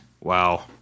wow